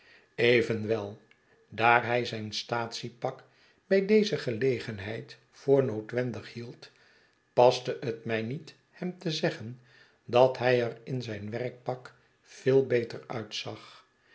evenwel daar hij zijn staatsiepak bij deze gelegenheid voor noodwendig hield paste het mij niet hem te zeggen dat hij er in zijn werkpak veel beter uitzag